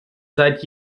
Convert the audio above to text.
seit